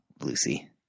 Lucy